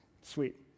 Sweet